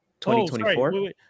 2024